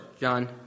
John